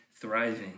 thriving